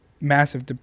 massive